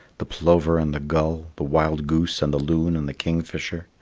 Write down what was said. the plover and the gull, the wild goose and the loon and the kingfisher.